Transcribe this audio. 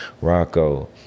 Rocco